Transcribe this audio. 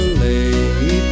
late